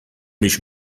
mich